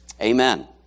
Amen